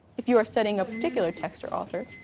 if you are studying a particular text or author,